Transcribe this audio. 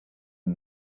the